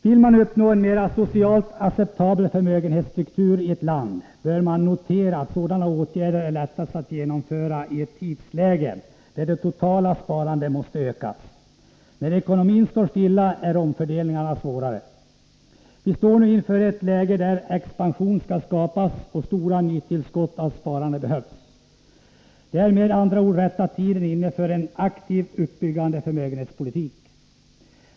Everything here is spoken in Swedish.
Vill man uppnå en mer socialt acceptabel förmögenhetsstruktur i ett land, bör man notera att sådana åtgärder är lättast att genomföra i en tid när det totala sparandet måste ökas. När ekonomin står stilla, är omfördelningar svårare att genomföra. Vi står nu inför ett läge där expansion skall skapas och stora nytillskott av sparande behövs. Då är med andra ord rätta tiden inne för en aktiv, ”uppbyggande” förmögenhetspolitik.